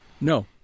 No